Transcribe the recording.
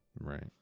Right